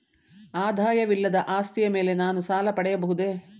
ಆದಾಯವಿಲ್ಲದ ಆಸ್ತಿಯ ಮೇಲೆ ನಾನು ಸಾಲ ಪಡೆಯಬಹುದೇ?